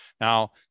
Now